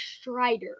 Strider